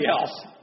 else